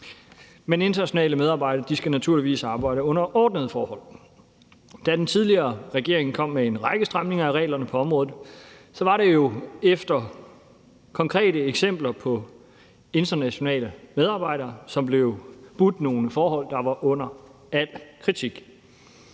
Men internationale medarbejdere skal naturligvis arbejde under ordnede forhold. Da den tidligere regering kom med en række stramninger af reglerne på området, var det jo, efter der var kommet konkrete eksempler med internationale medarbejdere, som blev budt nogle forhold, der var under al kritik.